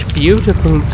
beautiful